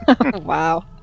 Wow